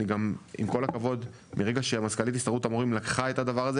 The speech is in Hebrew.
עם כל הכבוד ברגע שמזכ"לית הסתדרות המורים לקחה את זה,